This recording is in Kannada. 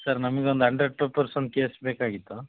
ಸರ್ ನಮ್ಗೊಂದು ಹಂಡ್ರೆಡ್ ಪೆಪ್ಪರ್ಸ್ ಒಂದು ಕೇಸ್ ಬೇಕಾಗಿತ್ತು